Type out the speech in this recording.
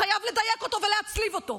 חייב לדייק אותו ולהצליב אותו.